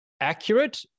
accurate